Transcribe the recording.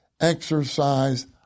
exercise